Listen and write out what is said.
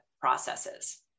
processes